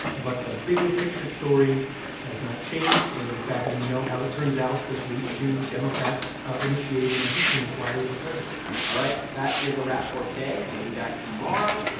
but the bigger picture story has not changed. and, in fact, we know how it turns out. this leads to democrats initiating an impeachment inquiry of the president all right. that is a wrap for today. we'll be back tomorrow.